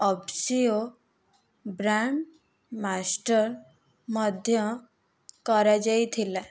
ଅପ୍ସିଓ brand master ମଧ୍ୟ କରାଯାଇଥିଲା